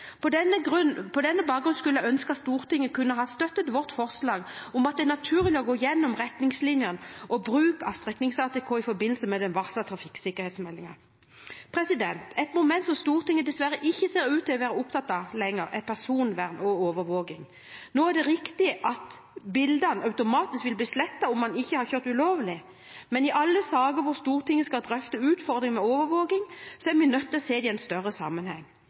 På denne bakgrunn skulle jeg ønske at Stortinget kunne ha støttet vårt forslag om at det er naturlig å gå igjennom retningslinjene og bruk av streknings-ATK i forbindelse med den varslede trafikksikkerhetsmeldingen. Et moment som Stortinget dessverre ikke ser ut til å være opptatt av lenger, er personvern og overvåking. Nå er det riktig at bildene automatisk vil bli slettet om man ikke har kjørt ulovlig, men i alle saker hvor Stortinget skal drøfte utfordringer ved overvåking, er vi nødt til å se det i en større sammenheng.